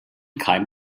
kein